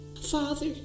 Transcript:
father